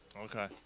Okay